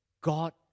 God